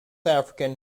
african